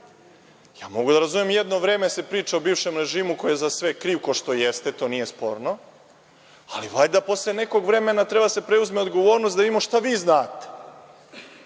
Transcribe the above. Ja mogu da razumem jedno vreme da se priča o bivšem režimu koji je za sve kriv, ko što jeste, to nije sporno, ali valjda posle nekog vremena treba da se preuzme odgovornost da vidimo šta vi znate.